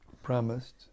promised